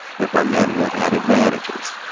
but by men who have had advantages,